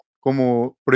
como